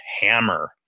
hammer